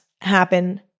happen